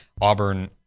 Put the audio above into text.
Auburn